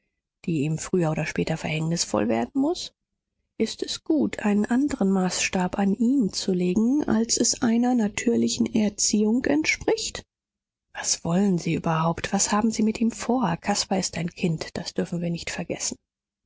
die ihm früher oder später verhängnisvoll werden muß ist es gut einen andern maßstab an ihn zu legen als es einer natürlichen erziehung entspricht was wollen sie überhaupt was haben sie mit ihm vor caspar ist ein kind das dürfen wir nicht vergessen